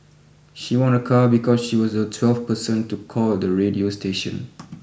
she won a car because she was the twelfth person to call the radio station